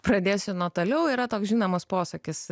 pradėsiu nuo toliau yra toks žinomas posakis